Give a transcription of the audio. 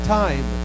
time